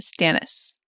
Stannis